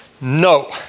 No